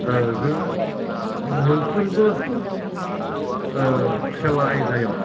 जों मोनफ्रोमबो खेला आयदायाव